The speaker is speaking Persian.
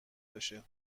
بشه